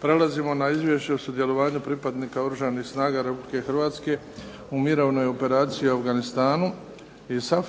Prelazimo na - Izvješće o sudjelovanju pripadnika Oružanih snaga Republike Hrvatske u mirovnoj operaciji u Afganistanu (ISAF)